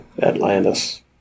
Atlantis